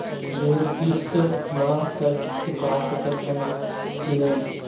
ऋण किस्त मा तक चुका सकत हन कि नहीं?